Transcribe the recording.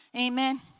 Amen